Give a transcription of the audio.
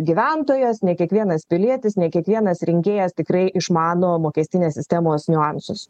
gyventojas ne kiekvienas pilietis ne kiekvienas rinkėjas tikrai išmano mokestinės sistemos niuansus